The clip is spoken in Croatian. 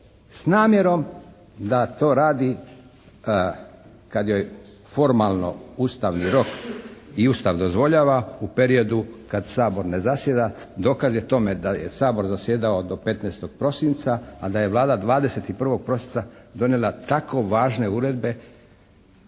s namjerom da to radi kad joj formalno ustavni rok i Ustav dozvoljava u periodu kad Sabor ne zasjeda. Dokaz je tome da je Sabor zasjedao do 15. prosinca, a da je to Vlada 21. prosinca donijela tako važne uredbe